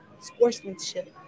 sportsmanship